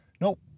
Nope